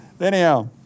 Anyhow